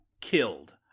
killed